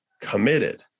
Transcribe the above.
committed